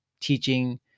teaching